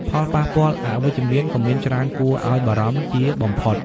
ផលប៉ះពាល់អវិជ្ជមាន ក៏មានច្រើនគួរឱ្យបារម្ភជាបំផុត។